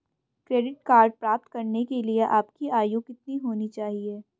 Credit card प्राप्त करने के लिए आपकी आयु कितनी होनी चाहिए?